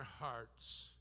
hearts